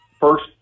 first